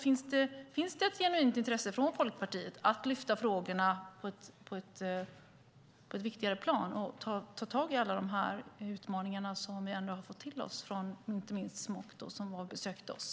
Finns det ett genuint intresse från Folkpartiet att lyfta frågorna till ett viktigare plan och ta tag i alla de utmaningar som vi har fått höra om från inte minst Smok, som besökte oss?